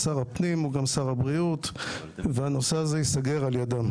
שר הפנים וגם שר הבריאות והנושא הזה ייסגר על ידם,